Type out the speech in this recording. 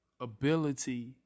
ability